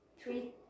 three